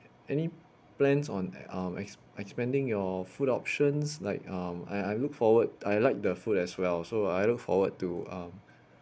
any plans on um ex~ expanding your food options like um I I look forward I like the food as well so I look forward to um